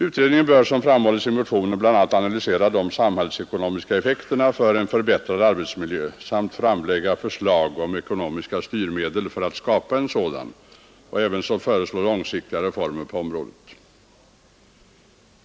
Utredningen bör, som framhålles i motionen, bl.a. analysera de samhällsekonomiska effekterna av en förbättrad arbetsmiljö samt framlägga förslag om ekonomiska styrmedel för att skapa en sådan och ävenså föreslå långsiktiga reformer på området.